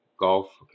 Golf